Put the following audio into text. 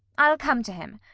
i'll come to him.